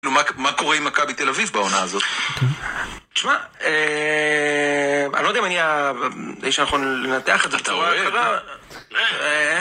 מה קורה עם מכבי תל אביב בעונה הזאת? שמע, אה... אני לא יודע אם אני ה... איש הנכון לנתח את זה אתה רואה, אתה...